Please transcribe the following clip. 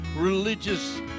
religious